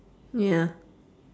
ya